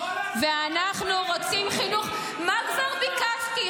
ואנחנו רוצים חינוך ------ מה כבר ביקשתי?